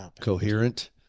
Coherent